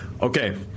Okay